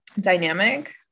dynamic